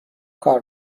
کار